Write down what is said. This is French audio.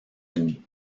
unis